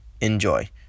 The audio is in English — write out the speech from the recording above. Enjoy